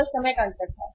केवल समय का अंतर था